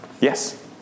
Yes